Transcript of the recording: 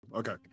Okay